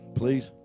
please